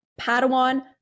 Padawan